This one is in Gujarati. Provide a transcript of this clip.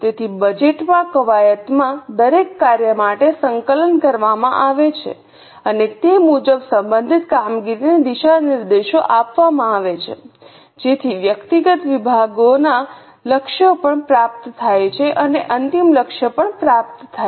તેથી બજેટ માં કવાયતમાં દરેક કાર્ય માટે સંકલન કરવામાં આવે છે અને તે મુજબ સંબંધિત કામગીરીને દિશા નિર્દેશો આપવામાં આવે છે જેથી વ્યક્તિગત વિભાગોના લક્ષ્યો પણ પ્રાપ્ત થાય અને અંતિમ લક્ષ્ય પણ પ્રાપ્ત થાય